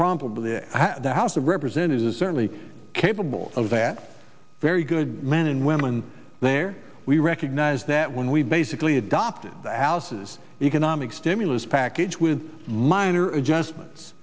probably the house of representatives certainly capable of that very good men and women there we recognize that when we basically adopted the house's economic stimulus package with minor adjustments